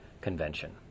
convention